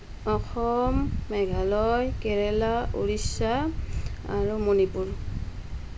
অসম মেঘালয় কেৰেলা উৰিষ্যা আৰু মণিপুৰ